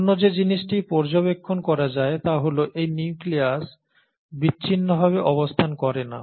অন্য যে জিনিসটি পর্যবেক্ষণ করা যায় তা হল এই নিউক্লিয়াস বিচ্ছিন্নভাবে অবস্থান করে না